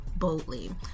boldly